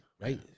right